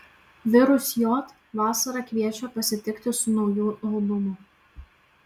virus j vasarą kviečia pasitikti su nauju albumu